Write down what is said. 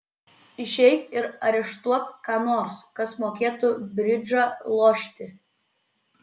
išeik ir areštuok ką nors kas mokėtų bridžą lošti